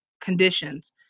conditions